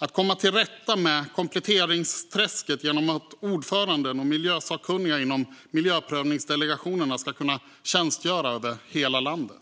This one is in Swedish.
och komma till rätta med kompletteringsträsket genom att ordförande och miljösakkunniga inom miljöprövningsdelegationerna ska kunna tjänstgöra över hela landet.